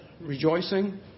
rejoicing